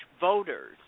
voters